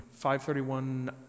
531